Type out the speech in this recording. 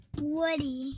Woody